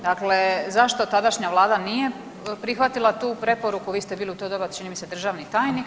Dakle, zašto tadašnja Vlada nije prihvatila tu preporuku, vi ste bili u to doba čini9 mi se državni tajnik.